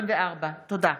תודה.